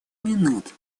минут